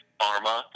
pharma